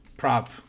prop